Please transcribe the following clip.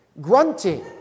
Grunting